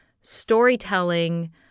storytelling